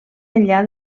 enllà